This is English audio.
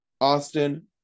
Austin